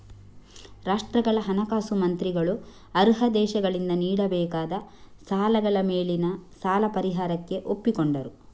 ರಾಷ್ಟ್ರಗಳ ಹಣಕಾಸು ಮಂತ್ರಿಗಳು ಅರ್ಹ ದೇಶಗಳಿಂದ ನೀಡಬೇಕಾದ ಸಾಲಗಳ ಮೇಲಿನ ಸಾಲ ಪರಿಹಾರಕ್ಕೆ ಒಪ್ಪಿಕೊಂಡರು